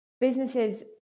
Businesses